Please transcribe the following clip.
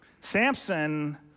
Samson